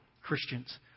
Christians